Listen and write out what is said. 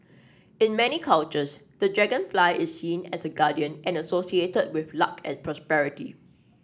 in many cultures the dragonfly is seen as a guardian and associated with luck and prosperity